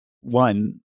one